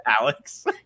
alex